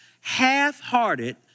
Half-hearted